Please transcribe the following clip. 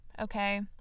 okay